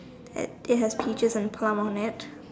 it has peaches and plum on it